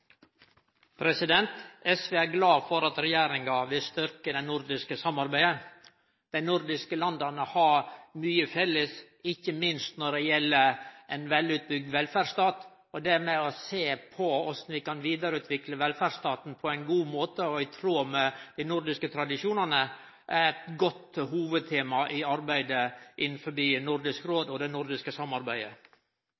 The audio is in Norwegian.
kommer. SV er glad for at regjeringa vil styrkje det nordiske samarbeidet. Dei nordiske landa har mykje felles, ikkje minst når det gjeld ein velutbygd velferdsstat. Det å sjå på korleis vi kan vidareutvikle velferdsstaten på ein god måte, og i tråd med dei nordiske tradisjonane, er eit hovudtema i arbeidet innanfor Nordisk